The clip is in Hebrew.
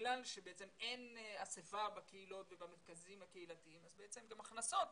בגלל שאין אסיפה בקהילות ובמרכזים הקהילתיים אז בעצם גם ההכנסות